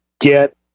get